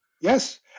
Yes